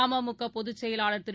அமமுகபொதுச் செயலாளர் திரு